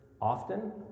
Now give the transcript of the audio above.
often